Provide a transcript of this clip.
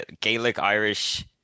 Gaelic-Irish